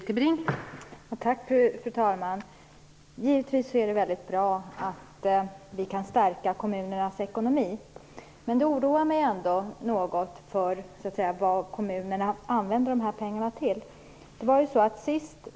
Fru talman! Givetvis är det väldigt bra att vi kan stärka kommunernas ekonomi. Men jag oroar mig ändå något över vad kommunerna använder pengarna till.